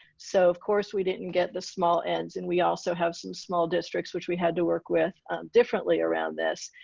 so of course we didn't get the small ends. and we also have some small districts which we had to work with differently around this.